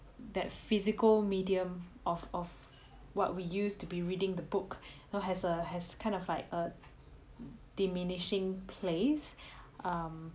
that physical medium of of what we used to be reading the book all has a has kind of like a diminishing place um